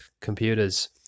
computers